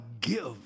give